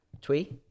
twee